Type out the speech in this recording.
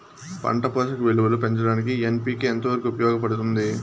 పంట పోషక విలువలు పెంచడానికి ఎన్.పి.కె ఎంత వరకు ఉపయోగపడుతుంది